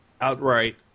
outright